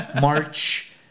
March